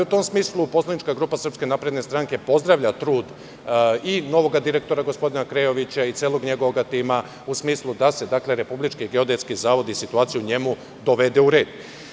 U tom smislu poslanička grupa SNS pozdravlja trud i novog direktora gospodina Krejovića i celog njegovog tima, u smislu da se Republički geodetski zavod i situacija u njemu dovede u red.